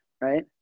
right